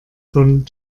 von